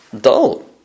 dull